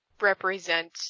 represent